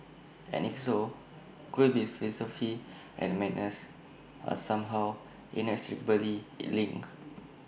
and if so could IT be philosophy and madness are somehow inextricably IT linked